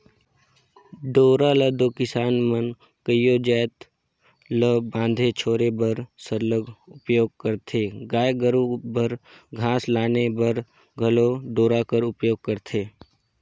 डोरा ल दो किसान मन कइयो जाएत ल बांधे छोरे बर सरलग उपियोग करथे गाय गरू बर घास लाने बर घलो डोरा कर उपियोग करथे